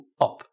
up